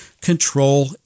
control